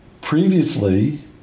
previously